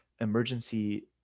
emergency